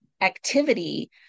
activity